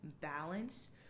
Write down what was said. balance